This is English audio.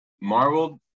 Marvel